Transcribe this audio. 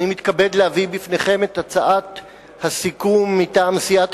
אני מתכבד להביא בפניכם את הצעת הסיכום מטעם סיעת